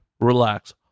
relax